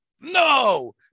no